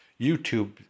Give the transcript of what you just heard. YouTube